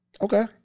Okay